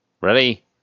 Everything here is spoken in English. ready